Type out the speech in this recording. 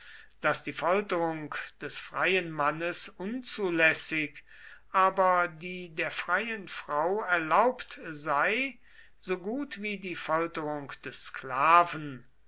daß die folterung des freien mannes unzulässig aber die der freien frau erlaubt sei so gut wie die folterung des sklaven